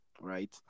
right